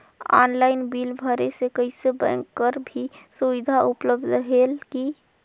Online bill भरे से कइसे बैंक कर भी सुविधा उपलब्ध रेहेल की?